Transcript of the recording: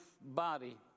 body